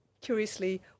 curiously